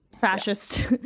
fascist